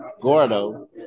Gordo